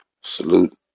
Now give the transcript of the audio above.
salute